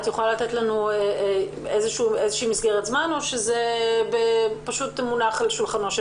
את יכולה לתת לנו איזו מסגרת זמן או שזה פשוט על שולחנו של